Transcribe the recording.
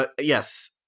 yes